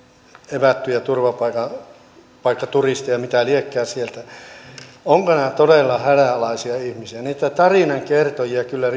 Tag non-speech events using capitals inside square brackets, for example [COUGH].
evättyjä turvapaikkaturisteja mitä liekään sieltä ovatko nämä todella hädänalaisia ihmisiä niitä tarinankertojia kyllä [UNINTELLIGIBLE]